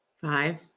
Five